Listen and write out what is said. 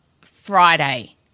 Friday